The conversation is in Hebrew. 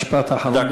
משפט אחרון.